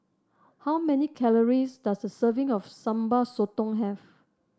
how many calories does a serving of Sambal Sotong have